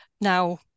Now